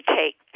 take